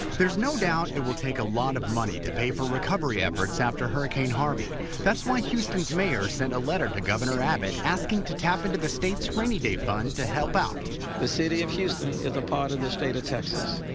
there's no doubt it will take a lot of money to pay for recovery efforts after hurricane harvey that's why houston's mayor sent a letter to governor abbott asking to tap into the state's rainy day fund to help out sylvester turner the city of houston is part of the state of texas,